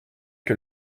que